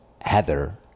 Heather